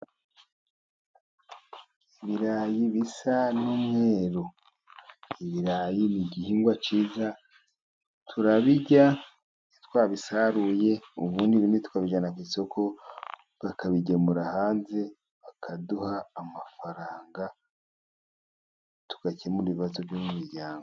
Ibirayi bisa n'umweru, ibirayi ni igihingwa cyiza, turabirya iyo twabisaruye, ubundi tukabijyana ku isoko bakabigemura hanze, bakaduha amafaranga, tugakemura ibibazo byo mu miryango.